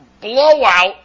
blowout